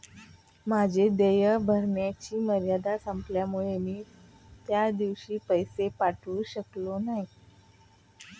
माझे देय भरण्याची मर्यादा संपल्यामुळे मी त्या दिवशी पैसे पाठवू शकले नाही